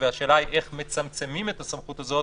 והשאלה היא איך מצמצמים את הסמכות הזאת,